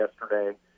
yesterday